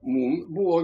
mum buvo